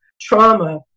trauma